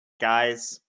guys